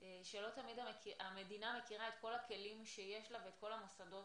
שלא תמיד המדינה מכירה את כל הכלים שיש לה ואת כל המוסדות